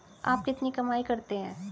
आप कितनी कमाई करते हैं?